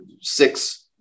six